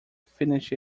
finish